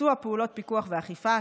ביצוע פעולות פיקוח ואכיפה,